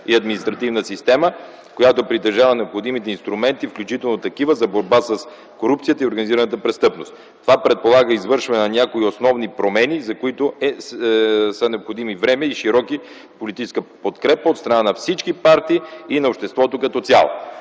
и административна система, която притежава необходимите инструменти, включително и такива за борба с корупцията и организираната престъпност. Това предполага извършването на някои основни промени, за които са необходими време и широка политическа подкрепа от страна на всички партии и на обществото като цяло”.